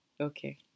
okay